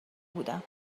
بودم